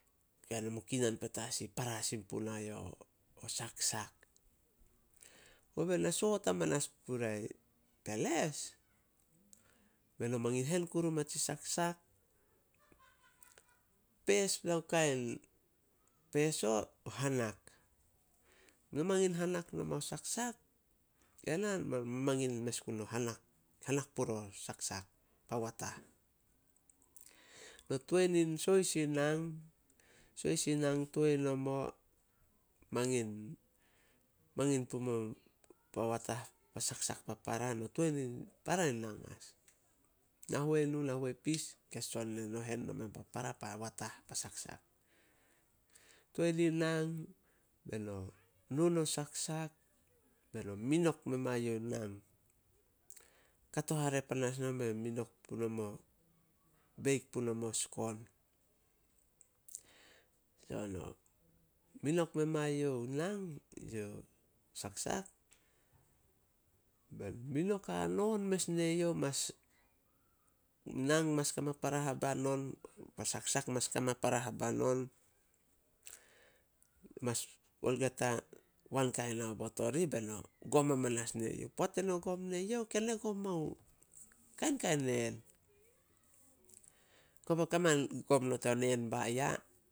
Kinan petas ih para sin puna yo saksak. Kobe na soot hamanas puria peles, beno mangin hen kuru mai tsi saksak, peespla kain peso, o hanak, no mangin hanak nomao saksak, tena, na mangin mes gun e hanak- hanak purio saksak. No toi nin sohis in nang- sohis in nang toi nomo. Mangin- mangin pumo pa saksak pa para, no toi nin para in nang as. nahuenu, nahuepis ke son neno hen noma pa saksak. Toi nin nang, be no nu no saksak beno minok memae youh in nang. Kato hare panas mao e minok punomo o skon. minok memae youh in nang yo saksak, minok hanon mes ne youh, nang mas koma para haban on, saksak mas koma para haban on. orih beno gom hamanas ne youh. Poat eno gom ne youh, ken e gom mao kainkain neen, koba kaman gom not yain neen baya.